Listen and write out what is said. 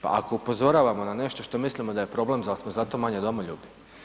Pa ako upozoravamo na nešto što mislimo da je problem zar smo zato manje domoljubi?